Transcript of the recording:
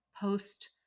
post